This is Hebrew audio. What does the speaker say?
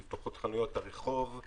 נפתחות חנויות הרחוב,